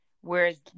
whereas